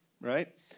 right